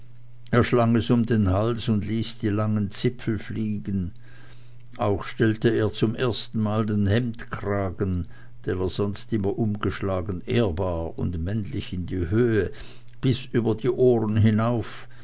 er schlang es um den hals und ließ die langen zipfel fliegen auch stellte er zum ersten mal den hemdkragen den er sonst immer umgeschlagen ehrbar und männlich in die höhe bis über die ohren hinauf